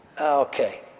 Okay